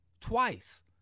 twice